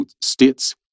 states